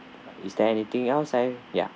is there anything else I ya